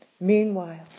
Meanwhile